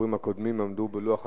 הדוברים הקודמים עמדו בלוח הזמנים,